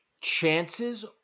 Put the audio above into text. chances